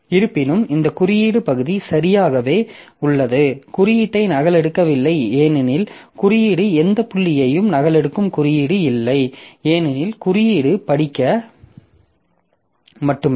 இருப்பினும் இந்த குறியீடு பகுதி சரியாகவே உள்ளது குறியீட்டை நகலெடுக்கவில்லை ஏனெனில் குறியீடு எந்த புள்ளியையும் நகலெடுக்கும் குறியீடு இல்லை ஏனெனில் குறியீடு படிக்க மட்டுமே